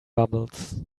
bubbles